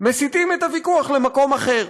מסיטים את הוויכוח למקום אחר.